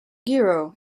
giro